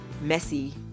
messy